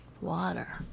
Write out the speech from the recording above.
water